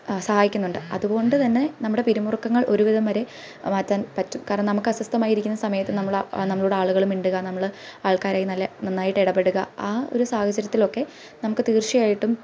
സഹായിക്കുന്നുണ്ട് അതുകൊണ്ടുതന്നെ നമ്മുടെ പിരിമുറുക്കങ്ങൾ ഒരുവിധം വരെ മാറ്റാനും പറ്റും നമുക്ക് അസ്വസ്ഥമായി ഇരിക്കുന്ന സമയത്ത് നമ്മൾ നമ്മളോട് ആളുകൾ മിണ്ടുക നമ്മൾ ആൾക്കാരുമായി നല്ല നന്നായിട്ട് ഇടപെടുക ആ ഒരു സാഹചര്യത്തിൽ ഒക്കെ നമുക്ക് തീർച്ചയായിട്ടും